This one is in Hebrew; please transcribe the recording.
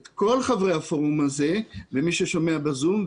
אני מזמין את כל חברי הפורום הזה ומי שמשתתף ב-זום,